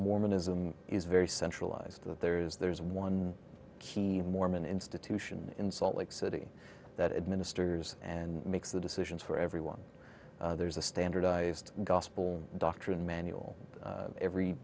mormonism is very centralized that there is there is one key mormon institution in salt lake city that administers and makes the decisions for everyone there's a standardized gospel doctrine manual every